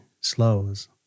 slows